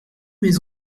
mes